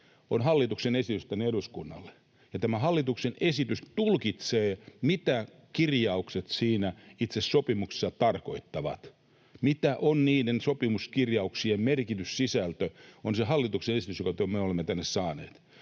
on hallituksen esitys eduskunnalle, ja tämä hallituksen esitys tulkitsee, mitä kirjaukset siinä itse sopimuksessa tarkoittavat. Mikä on niiden sopimuskirjauksien merkityssisältö, on se hallituksen esitys, jonka me olemme tänne saaneet.